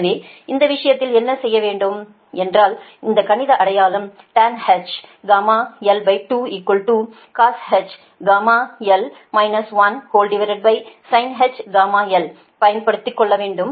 எனவேஇந்த விஷயத்தில் என்ன செய்ய வேண்டும் என்றால் இந்த கணித அடையாளம் tanh γl2 cosh γl 1 sinh γl பயன்படுத்தும் கொள்ள வேண்டும்